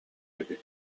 эбит